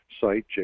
site